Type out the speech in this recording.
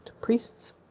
priests